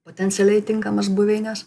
potencialiai tinkamas buveines